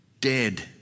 dead